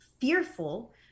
fearful